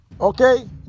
Okay